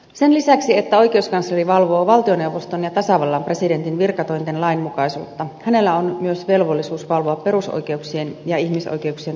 sen lisäksi että oikeuskansleri valvoo valtioneuvoston ja tasavallan presidentin virkatointen lainmukaisuutta hänellä on myös velvollisuus valvoa perusoikeuksien ja ihmisoikeuksien toteutumista